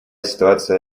ситуация